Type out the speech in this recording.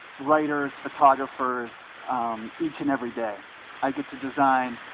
writers photographers each and every day i get to design